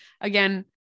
again